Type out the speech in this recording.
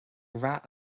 rath